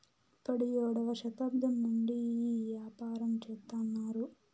పడియేడవ శతాబ్దం నుండి ఈ యాపారం చెత్తన్నారు